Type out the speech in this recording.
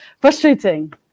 frustrating